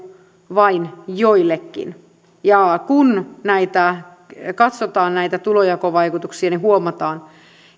vain joillekin kun katsotaan näitä tulonjakovaikutuksia niin huomataan